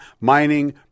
mining